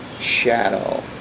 shadow